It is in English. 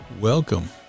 Welcome